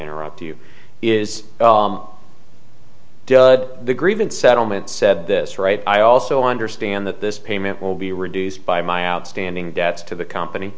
interrupt you is the grievance settlement said this right i also understand that this payment will be reduced by my outstanding debts to the company